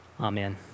Amen